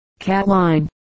Catline